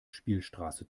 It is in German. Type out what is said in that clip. spielstraße